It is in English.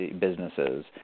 businesses